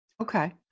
Okay